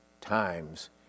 times